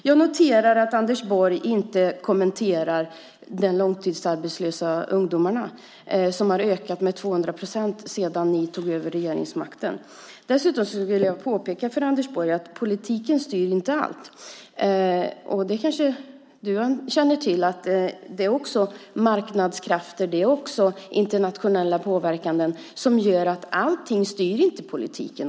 Jag noterar att Anders Borg inte kommenterar antalet långtidsarbetslösa ungdomar som har ökat med 200 procent sedan alliansen tog över regeringsmakten. Dessutom vill jag påpeka för Anders Borg att politiken inte styr allt. Du kanske känner till att det också är marknadskrafter och internationell påverkan som gör att politiken inte styr allting.